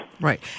Right